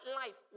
life